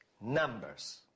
Numbers